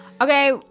Okay